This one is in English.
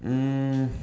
um